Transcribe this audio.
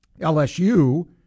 LSU